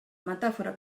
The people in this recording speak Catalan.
metàfora